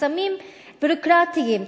חסמים ביורוקרטיים,